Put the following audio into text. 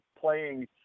playing